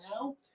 now